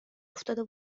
افتاده